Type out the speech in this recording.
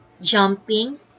jumping